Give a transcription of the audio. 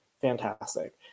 Fantastic